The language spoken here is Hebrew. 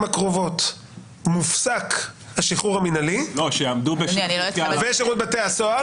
הקרובות מופסק השחרור המינהלי ושירות בתי הסוהר,